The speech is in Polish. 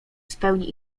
spełni